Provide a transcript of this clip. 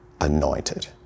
anointed